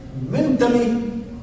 mentally